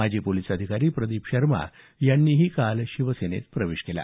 माजी पोलिस अधिकारी प्रदीप शर्मा यांनीही काल शिवसेनेत प्रवेश केला